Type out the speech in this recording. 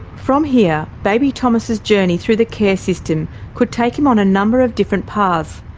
from here, baby thomas's journey through the care system could take him on a number of different paths,